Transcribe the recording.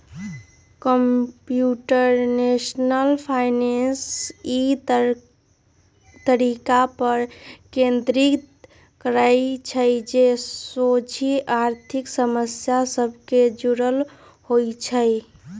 computational finance इ तरीका पर केन्द्रित करइ छइ जे सोझे आर्थिक समस्या सभ से जुड़ल होइ छइ